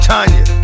Tanya